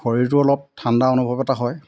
শৰীৰটো অলপ ঠাণ্ডা অনুভৱ এটা হয়